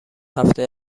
هفته